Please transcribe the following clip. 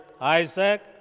Isaac